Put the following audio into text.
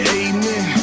amen